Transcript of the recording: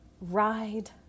ride